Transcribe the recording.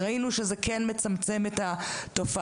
ראינו שזה כן מצמצם את התופעה.